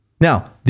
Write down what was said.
Now